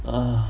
err